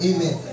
Amen